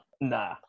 Nah